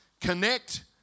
connect